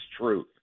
truth